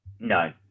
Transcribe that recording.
No